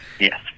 yes